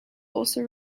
also